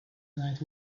night